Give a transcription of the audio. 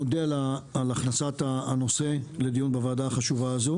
מודה על הכנסת הנושא לדיון בוועדה החשובה הזאת